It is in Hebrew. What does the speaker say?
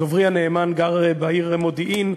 דוברי הנאמן גר בעיר מודיעין,